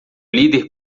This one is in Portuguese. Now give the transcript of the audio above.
líder